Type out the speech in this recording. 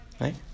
right